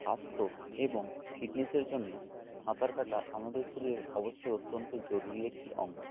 স্বাস্থ্য এবং ফিটনেসের জন্য সাঁতার কাটা আমাদের শরীরের অবশ্যই অত্যন্ত জরুরি একটি অঙ্গ